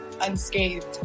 unscathed